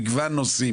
מגוון נושאים